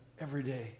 everyday